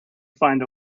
find